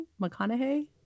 McConaughey